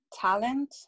talent